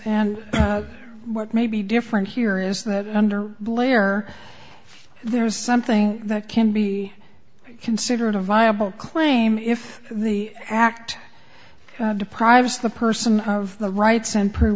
and what may be different here is that under blair there is something that can be considered a viable claim if the act deprives the person of the rights and p